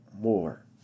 more